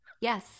Yes